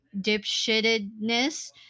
dipshittedness